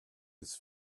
his